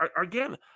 Again